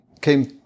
came